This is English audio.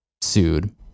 sued